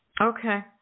Okay